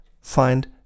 find